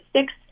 six